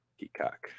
peacock